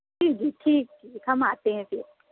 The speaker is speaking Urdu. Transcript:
جی جی ٹھیک ٹھیک ہم آتے ہیں پھر